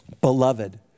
Beloved